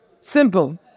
Simple